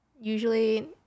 usually